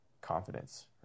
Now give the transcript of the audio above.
confidence